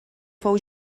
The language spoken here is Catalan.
fou